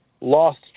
lost